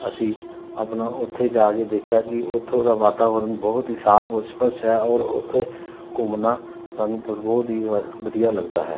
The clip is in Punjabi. ਅਸੀਂ ਆਪਣਾ ਉੱਥੇ ਜਾ ਕੇ ਦੇਖਿਆ ਕਿ ਉੱਥੋਂ ਦਾ ਵਾਤਾਵਰਨ ਬਹੁਤ ਹੀ ਸਾਫ ਔਰ ਸਵੱਛ ਹੈ ਔਰ ਉੱਥੇ ਘੁੰਮਣਾ ਸਾਨੂੰ ਬਹੁਤ ਹੀ ਵਧ ਵਧੀਆ ਲੱਗਦਾ ਹੈ